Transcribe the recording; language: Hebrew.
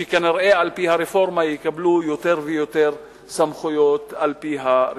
שכנראה יקבלו יותר ויותר סמכויות על-פי הרפורמה.